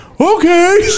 Okay